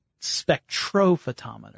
Spectrophotometer